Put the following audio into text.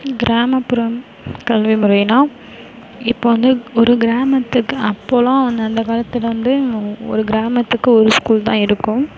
கிராமப்புறம் கல்வி முறையின்னால் இப்போ வந்து ஒரு கிராமத்திற்கு அப்போதெலாம் வந் அந்த காலத்தில் வந்து ஒரு கிராமத்துக்கு ஒரு ஸ்கூல் தான் இருக்கும்